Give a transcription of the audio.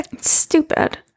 Stupid